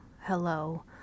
hello